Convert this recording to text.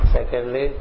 Secondly